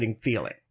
feeling